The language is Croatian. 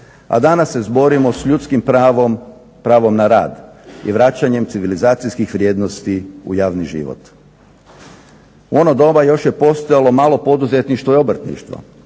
a danas se borimo s ljudskim pravom, pravom na rad i vraćanjem civilizacijskih vrijednosti u javni život. U ono doba još je postojalo malo poduzetništvo i obrtništvo,